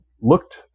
looked